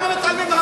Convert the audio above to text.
ההצגה נגמרה.